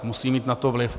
Musí mít na to vliv.